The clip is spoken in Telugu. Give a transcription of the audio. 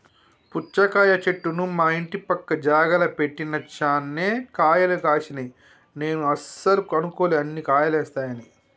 పుచ్చకాయ చెట్టును మా ఇంటి పక్క జాగల పెట్టిన చాన్నే కాయలు గాశినై నేను అస్సలు అనుకోలే అన్ని కాయలేస్తాయని